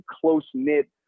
close-knit